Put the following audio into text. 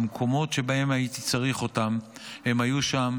במקומות שבהם הייתי צריך אותם הם היו שם,